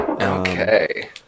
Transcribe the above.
Okay